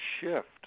shift